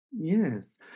Yes